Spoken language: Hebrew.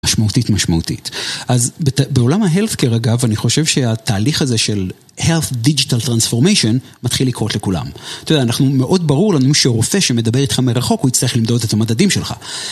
משמעותית, משמעותית. אז, בת-בעולם ה- healthcare אגב, אני חושב שה...תהליך הזה של... Health Digital Transformation, מתחיל לקרות לכולם. אתה יודע, אנחנו, מאוד ברור לנו שרופא שמדבר איתך מרחוק, הוא יצטרך למדוד את המדדים שלך.